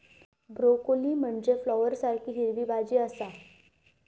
broccoli म्हनजे फ्लॉवरसारखी हिरवी भाजी आसा